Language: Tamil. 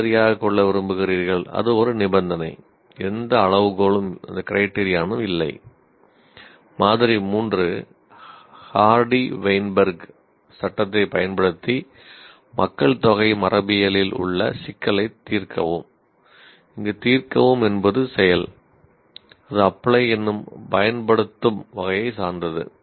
மாதிரி 3 ஹார்டி வெயின்பெர்க் வகையை சார்ந்தது